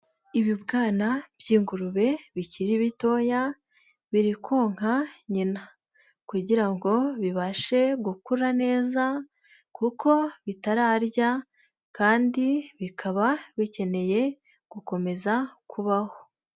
Ibibwana by'ingurube bikiri bitoya biri konka nyina kugira bibashe gukura neza kuko bitararya kandi bikaba bikeneye gukomeza kubaho.